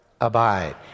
abide